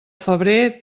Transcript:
febrer